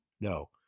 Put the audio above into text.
No